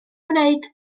gwneud